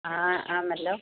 ആ ആന്നല്ലോ